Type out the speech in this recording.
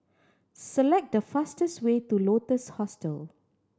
select the fastest way to Lotus Hostel